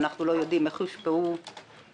ואנחנו לא יודעים איך יושפעו הבחירות,